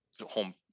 home